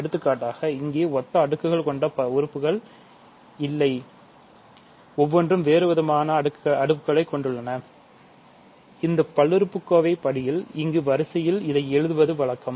எடுத்துக்காட்டாக இங்கே ஒத்த அடுக்குகளைக் கொண்ட உறுப்புகள் இல்லை ஒவ்வொன்றும் வெவ்வேறு விதமான அடுப்குகளை கொண்டுள்ளன இந்த பல்லுறுப்புக்கோவை படியின் இறங்கு வரிசையில் இதை எழுதுவது வழக்கம்